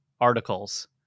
articles